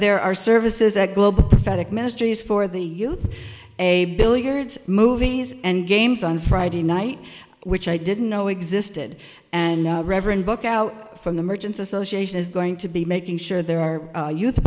there are services that global ministries for the youth a billiards movies and games on friday night which i didn't know existed and reverend bookout from the merchants association is going to be making sure there are youth